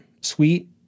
sweet